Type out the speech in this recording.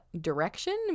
direction